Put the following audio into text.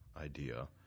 idea